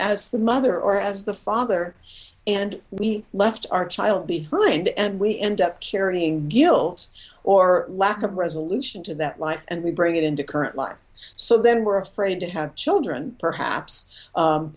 as the mother or as the father and we left our child behind and we end up carrying guilt or lack of resolution to that life and we bring it into current life so then we're afraid to have children perhaps